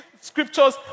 scriptures